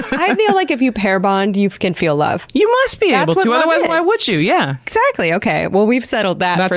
i feel like if you pair bond, you can feel love. you must be able to, otherwise why would you? yeah. exactly! okay. well, we've settled that for